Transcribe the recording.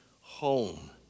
home